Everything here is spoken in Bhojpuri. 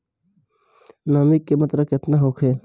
नमी के मात्रा केतना होखे?